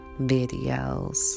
videos